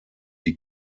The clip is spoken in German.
die